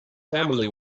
family